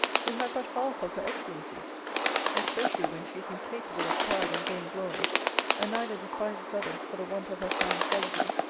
who had but half of her excellencies especially when she is incapable of pride and vain-glory and neither despises others for the want of her fine qualities,